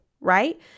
right